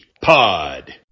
Pod